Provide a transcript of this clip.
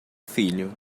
filho